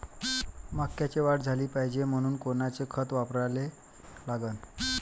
मक्याले वाढ झाली पाहिजे म्हनून कोनचे खतं वापराले लागन?